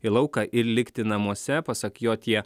į lauką ir likti namuose pasak jo tie